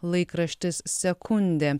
laikraštis sekundė